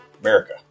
America